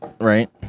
right